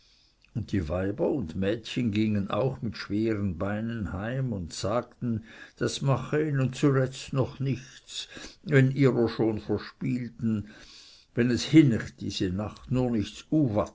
und die weiber und die mädchen gingen auch mit schweren beinen heim und sagten das mach ihnen zuletzt noch nichts wenns ihrer schon verspielt hätten wenn es hinecht nur nichts